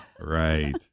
Right